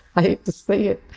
i hate to say it,